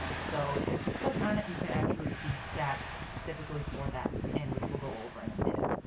so if you click on it you can actually see stats specifically for that pin, which we'll go over in a minute.